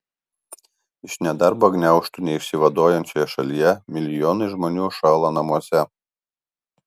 iš nedarbo gniaužtų neišsivaduojančioje šalyje milijonai žmonių šąla namuose